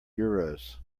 euros